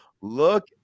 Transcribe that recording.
look